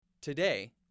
Today